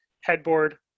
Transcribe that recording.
headboard